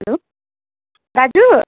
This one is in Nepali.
हेलो दाजु